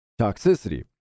toxicity